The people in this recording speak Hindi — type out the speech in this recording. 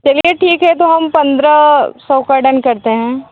चलिए ठीक है तो हम पन्द्रह सौ का डन करते हैं